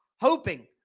hoping